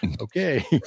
Okay